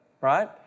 right